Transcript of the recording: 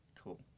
Cool